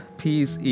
peace